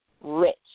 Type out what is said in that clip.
Rich